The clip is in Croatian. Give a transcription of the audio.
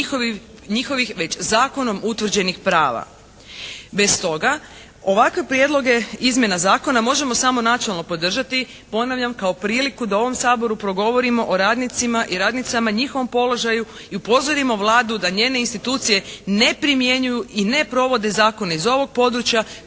njihovih već zakonom utvrđenih prava. Bez toga, ovakve prijedloge izmjena zakona možemo samo načelno podržati ponavljam kao priliku da u ovom Saboru progovorimo o radnicima i radnicama, njihovom položaju i upozorimo Vladu da njene institucije ne primjenjuju i ne provode zakone iz ovog područja